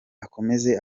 akomeze